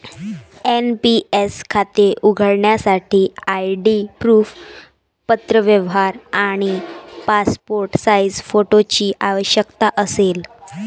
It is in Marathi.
एन.पी.एस खाते उघडण्यासाठी आय.डी प्रूफ, पत्रव्यवहार आणि पासपोर्ट साइज फोटोची आवश्यकता असेल